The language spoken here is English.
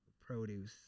produce